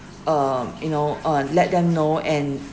um you know uh let them know and